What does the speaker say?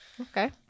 Okay